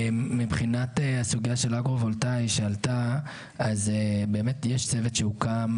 מבחינת הסוגיה של אגרו-וולטאי שעלתה יש צוות שהוקם,